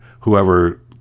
whoever